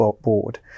board